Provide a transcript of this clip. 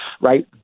right